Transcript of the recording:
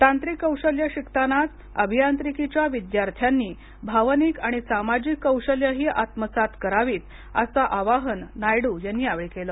तांत्रिक कौशल्ये शिकतानाच अभियांत्रिकीच्या विद्यार्थ्यांनी भावनिक आणि सामाजिक कौशल्येही आत्मसात करावीत असं आवाहन नायडू यांनी यावेळी केलं